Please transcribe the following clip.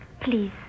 Please